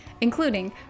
including